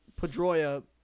Pedroia